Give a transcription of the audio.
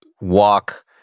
walk